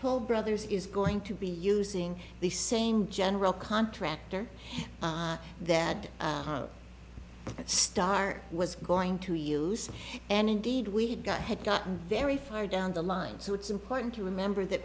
toll brothers is going to be using the same general contractor that starr was going to use and indeed we've got had gotten very far down the line so it's important to remember that